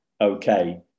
okay